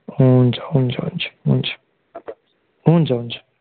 हुन्छ हुन्छ हुन्छ हुन्छ हुन्छ हुन्छ